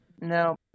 no